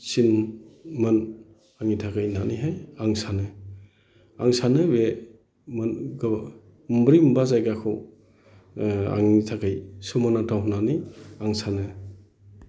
सिन मोन आंनि थाखाय होननानैहाय आं सानो आं सानो बे मोनब्रै मोनबा जायगाखौ आंनि थाखाय सोमोनांथाव होननानै आं सानो